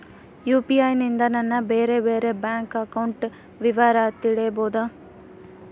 UPI ನಿಂದ ನನ್ನ ಬೇರೆ ಬೇರೆ ಬ್ಯಾಂಕ್ ಅಕೌಂಟ್ ವಿವರ ತಿಳೇಬೋದ?